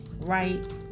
Right